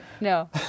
No